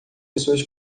pessoas